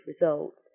results